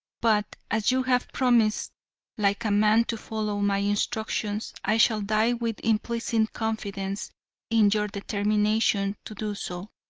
but as you have promised like a man to follow my instructions, i shall die with implicit confidence in your determination to do so.